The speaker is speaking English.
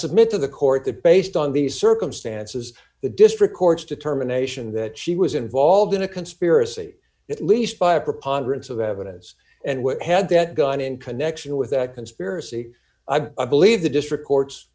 submit to the court that based on these circumstances the district court's determination that she was involved in a conspiracy at least by a preponderance of evidence and we had that done in connection with that conspiracy i believe the district